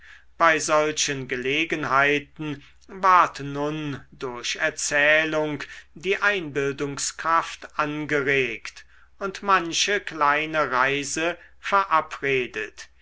bei solchen gelegenheiten ward nun durch erzählung die einbildungskraft angeregt und manche kleine reise verabredet